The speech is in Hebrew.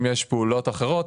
אם יש פעולות אחרות,